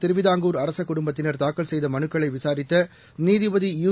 திருவிதாங்கூர் அரச குடும்பத்தினர் தாக்கல் செய்த மனுக்களை விசாரித்த நீதிபதி யு